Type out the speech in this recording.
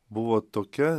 buvo tokia